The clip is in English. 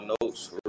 notes